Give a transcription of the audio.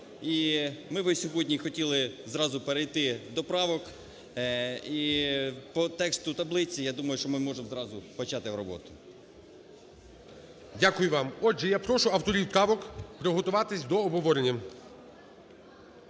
ми би сьогодні хотіли зразу перейти до правок. І по тексту таблиці, я думаю, що ми можемо зразу почати роботу. ГОЛОВУЮЧИЙ. Дякую вам. Отже, я прошу авторів правок приготуватись до обговорення.